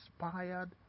inspired